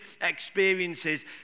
experiences